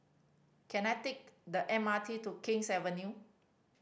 can I take the M R T to King's Avenue